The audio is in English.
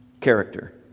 character